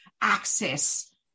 access